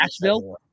Nashville